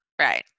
Right